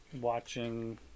Watching